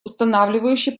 устанавливающий